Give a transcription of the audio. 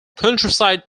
countryside